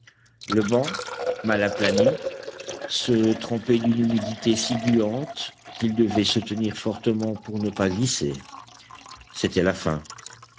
le banc mal aplani se trempait d'une humidité si gluante qu'ils devaient se tenir fortement pour ne pas glisser c'était la fin